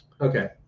Okay